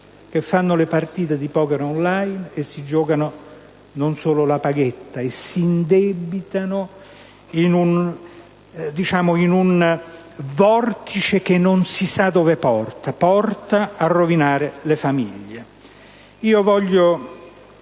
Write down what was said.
che fanno le partite di poker *on line* e si giocano non solo la paghetta e si indebitano in un vortice che non si sa dove porta, se non a rovinare le famiglie. Voglio